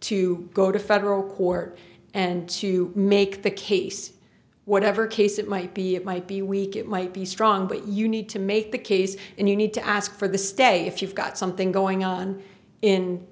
to go to federal court and to make the case whatever case it might be it might be weak it might be strong but you need to make the case and you need to ask for the stay if you've got something going on in